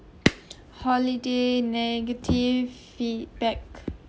holiday negative feedback